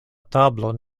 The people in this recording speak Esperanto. tablon